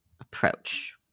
approach